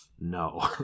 No